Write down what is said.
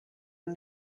and